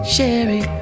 Sherry